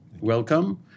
welcome